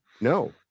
no